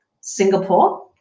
Singapore